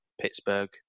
Pittsburgh